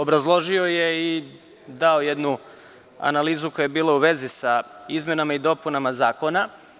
Obrazložio je i dao jednu analizu koja je bila u vezi sa izmenama i dopunama zakona.